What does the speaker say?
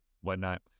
whatnot